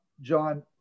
John